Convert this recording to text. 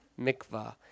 mikvah